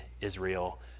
Israel